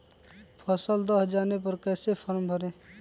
फसल दह जाने पर कैसे फॉर्म भरे?